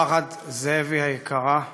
משפחת זאבי היקרה: